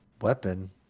weapon